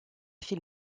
fil